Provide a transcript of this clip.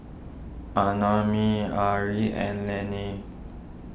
Annamae Arlie and Llene